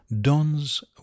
dons